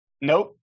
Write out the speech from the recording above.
nope